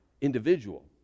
individual